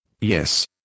Yes